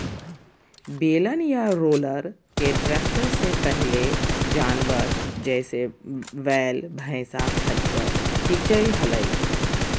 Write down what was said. बेलन या रोलर के ट्रैक्टर से पहले जानवर, जैसे वैल, भैंसा, खच्चर खीचई हलई